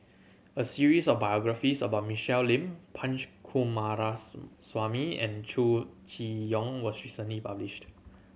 a series of biographies about Michelle Lim Punch and Chow Chee Yong was recently published